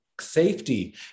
safety